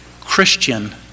Christian